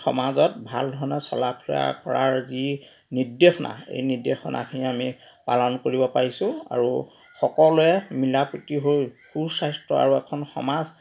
সমাজত ভাল ধৰণে চলা ফুৰা কৰাৰ যি নিৰ্দেশনা এই নিৰ্দেশনাখিনি আমি পালন কৰিব পাৰিছো আৰু সকলোৱে মিলা প্ৰীতি হৈ সু স্বাস্থ্য় আৰু এখন সমাজ